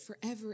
forever